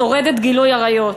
שורדת גילוי עריות,